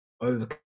overcome